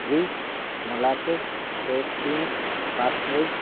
வீட் molasses face beans பாட்ரிச்